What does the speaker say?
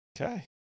Okay